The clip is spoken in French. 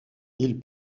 ils